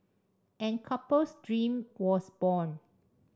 and couple's dream was born